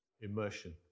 immersion